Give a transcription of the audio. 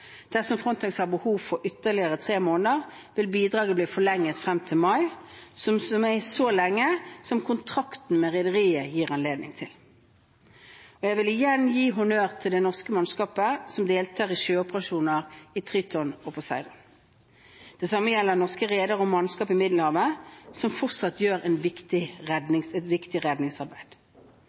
Dersom Frontex har behov for ytterligere tre måneder, vil bidraget bli forlenget frem til mai, som er så lenge kontrakten med rederiet gir anledning til. Jeg vil igjen gi honnør til det norske mannskapet som deltar i sjøoperasjonene Triton og Poseidon. Det samme gjelder norske redere og mannskap i Middelhavet, som fortsatt gjør et viktig redningsarbeid.